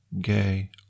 gay